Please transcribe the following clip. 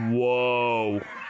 whoa